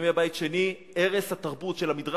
בימי בית שני היה שם ערש התרבות של המדרש,